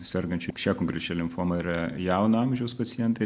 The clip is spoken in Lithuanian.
sergančių šia konkrečia limfoma yra jauno amžiaus pacientai